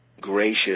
gracious